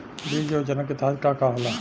बीज योजना के तहत का का होला?